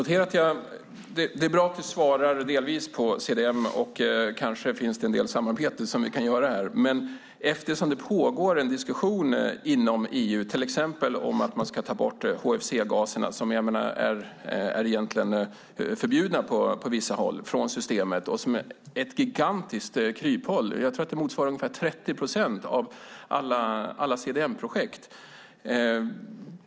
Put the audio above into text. Herr talman! Det är bra att Andreas Carlgren delvis svarar på frågan om CDM, och kanske kan vi ha en del samarbete. Det pågår en diskussion inom EU om att till exempel ta bort HFC-gaserna, som på vissa håll är förbjudna, från systemet. Det är ett gigantiskt kryphål. Jag tror att det motsvarar ungefär 30 procent av alla CDM-projekt.